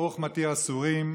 ברוך מתיר אסורים,